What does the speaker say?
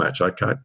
Okay